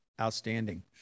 Outstanding